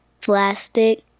plastic